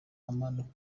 umanuka